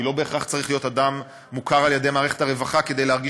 כי לא בהכרח צריך להיות אדם מוכר על-ידי מערכת הרווחה כדי להרגיש